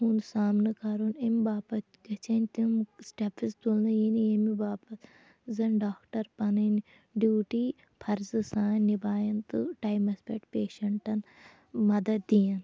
ہُنٛد سامنہٕ کَرُن اَمہِ باپَتھ گژھیٚن تِم سِٹیٚپٕز تُلنہٕ یِنۍ ییٚمہِ باپَتھ زَن ڈاکٹَر پَنٕنۍ ڈِوٹی فرضہٕ سان نِبھایَن تہٕ ٹایمَس پٮ۪ٹھ پیٚشَنٹَن مدد دِیَن